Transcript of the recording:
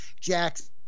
Jack's